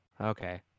Okay